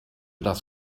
das